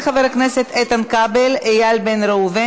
וחוזרת לוועדת הפנים והגנת הסביבה להכנה לקריאה שנייה ושלישית.